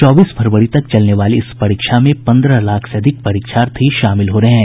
चौबीस फरवरी तक चलने वाली इस परीक्षा में पंद्रह लाख से अधिक परीक्षार्थी शामिल हो रहे हैं